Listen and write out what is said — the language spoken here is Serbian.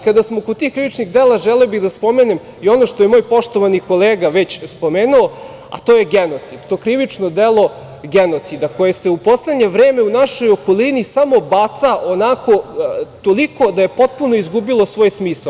Kada smo kod tih krivičnih dela želeo bih da spomenem i ono što je moj poštovani kolega već spomenuo, a to je genocid, to krivično delo genocida koje se u poslednje vreme u našoj okolini samo baca onako, toliko da je potpuno izgubilo svoj smisao.